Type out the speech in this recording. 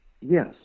Yes